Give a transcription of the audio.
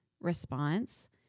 response